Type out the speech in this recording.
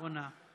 בונה.